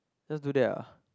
just do that lah